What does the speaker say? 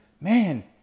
man